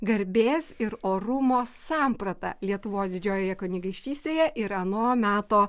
garbės ir orumo samprata lietuvos didžiojoje kunigaikštystėje ir ano meto